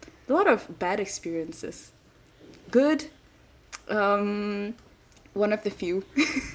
a lot of bad experiences good um one of the few